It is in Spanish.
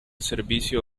servicio